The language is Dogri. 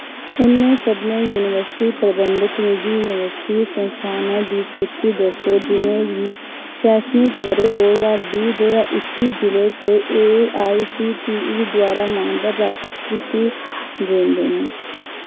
उ'नें सभनें यूनिवर्सिटी प्रबंधत निजी यूनिवर्सिटी संस्थानें दी सूची दस्सो जि'नें गी शैक्षणिक ब'रे दो ज्हार बीह् दो ज्हार इक्की जि'ले च एआईसीटीई द्वारा मान्यता प्राप्त कीती गेदे न